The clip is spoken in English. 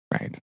right